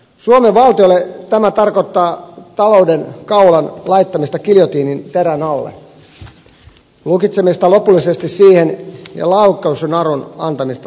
suomen valtiolle tämä tarkoittaa talouden kaulan laittamista giljotiinin terän alle lukitsemista lopullisesti siihen ja laukaisunarun antamista toisten käsiin